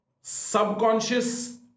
subconscious